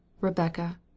rebecca